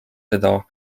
seda